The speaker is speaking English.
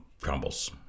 crumbles